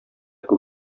күп